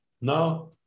now